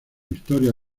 historia